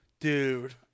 dude